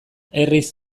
herriz